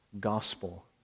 Gospel